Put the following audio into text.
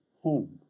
Home